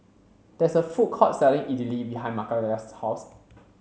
there is a food court selling Idili behind Makayla's house